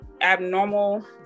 abnormal